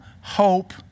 Hope